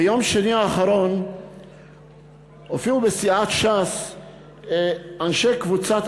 ביום שני האחרון הופיעו בסיעת ש"ס אנשי קבוצת